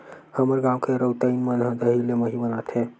हमर गांव के रउतइन मन ह दही ले मही बनाथे